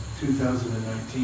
2019